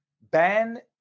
ban